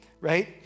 right